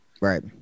Right